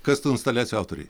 kas tų instaliacijų autoriai